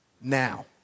now